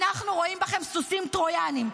אנחנו רואים בכם סוסים טרויאניים,